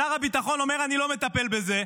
שר הביטחון אומר: אני לא מטפל בזה.